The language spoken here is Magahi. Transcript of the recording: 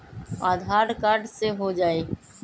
आधार कार्ड से हो जाइ?